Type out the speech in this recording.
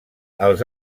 els